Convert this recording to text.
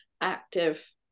active